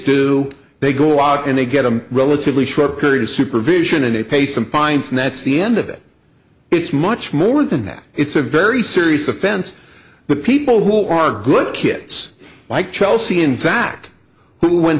do they go out and they get a relatively short period of supervision and they pay some fines and that's the end of it it's much more than that it's a very serious offense the people who are good kids like chelsea and zach who when